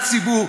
לציבור.